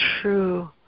true